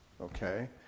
Okay